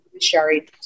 Sherry